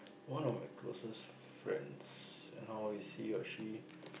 one of my closest friends how is he or she